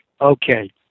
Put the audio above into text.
okay